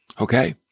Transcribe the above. okay